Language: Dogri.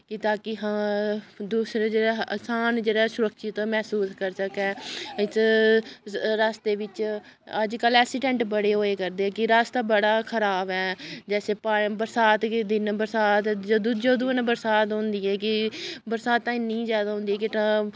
ताकि हां दूसरे जेह्ड़े आसान जेह्ड़े सुरक्षित मैह्सूस करी सकै एह्दे च रस्ते बिच्च अजकल्ल ऐक्सिडैंट बड़े होए करदे कि रस्ता बड़ा खराब ऐ जैसे प्हाड़ बरसांत दे दिनें बरसांत जदूं बरसांत होंदी ऐ कि बरसांतां इन्नियां जैदा होंदियां कि